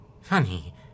Funny